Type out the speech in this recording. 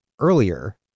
earlier